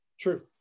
true